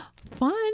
Fun